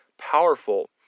Powerful